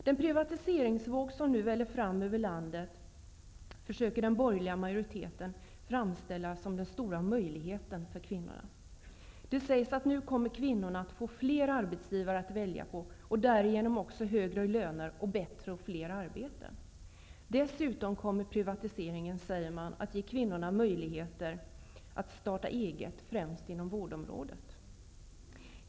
Den privatiseringsvåg som nu väller fram över landet försöker den borgerliga majoriteten framställa som den stora möjligheten för kvinnorna. Det sägs att nu kommer kvinnorna att få fler arbetsgivare att välja på och därigenom också högre löner och bättre och fler arbeten. Dessutom kommer privatiseringen att ge kvinnorna möjligheter att starta eget, främst inom vårdområdet, har det påståtts.